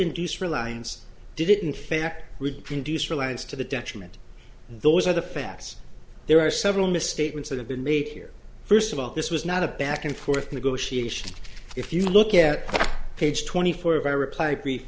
induce reliance did it in fact reproduce reliance to the detriment those are the facts there are several misstatements that have been made here first of all this was not a back and forth negotiation if you look at page twenty four of our reply brief